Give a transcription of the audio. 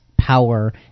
power